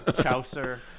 Chaucer